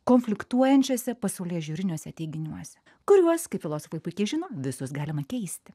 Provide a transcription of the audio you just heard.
konfliktuojančiuose pasaulėžiūriniuose teiginiuose kuriuos kaip filosofai puikiai žino visus galima keisti